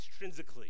extrinsically